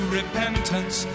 repentance